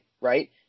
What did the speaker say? right